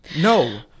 No